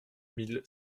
mille